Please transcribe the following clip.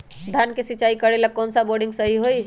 धान के सिचाई करे ला कौन सा बोर्डिंग सही होई?